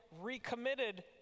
recommitted